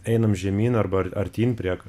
einam žemyn arba ar artyn prie